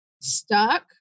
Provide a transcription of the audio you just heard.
stuck